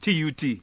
TUT